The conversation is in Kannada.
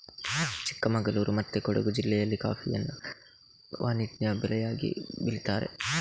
ಚಿಕ್ಕಮಗಳೂರು ಮತ್ತೆ ಕೊಡುಗು ಜಿಲ್ಲೆಯಲ್ಲಿ ಕಾಫಿಯನ್ನ ವಾಣಿಜ್ಯ ಬೆಳೆಯಾಗಿ ಬೆಳೀತಾರೆ